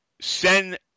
send